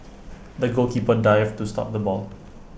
the goalkeeper dived to stop the ball